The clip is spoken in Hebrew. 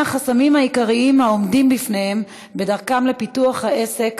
החסמים העיקריים העומדים בפניהם בדרכם לפיתוח העסק,